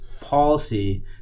policy